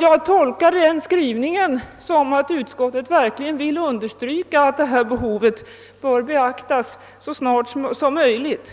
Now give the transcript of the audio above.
Jag tolkar denna skrivning så, att utskottet verkligen vill understryka att detta behov bör beaktas så snart som möjligt.